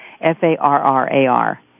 F-A-R-R-A-R